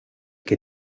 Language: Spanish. que